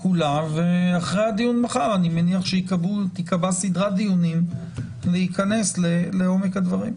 כולה ואחרי הדיון מחר אני מניח שתיקבע סדרת דיונים להיכנס לעומק הדברים.